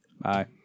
Bye